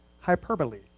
hyperbole